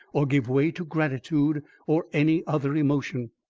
or give way to gratitude or any other emotion.